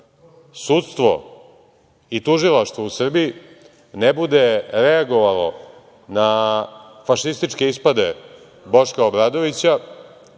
sudstvo i tužilaštvo u Srbiji ne bude reagovalo na fašističke ispade Boška Obradovića